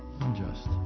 Unjust